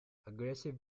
aggressive